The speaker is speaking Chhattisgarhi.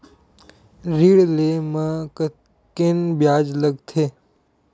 ऋण ले म कतेकन ब्याज लगथे?